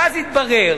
ואז התברר